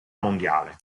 mondiale